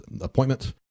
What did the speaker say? appointments